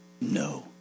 No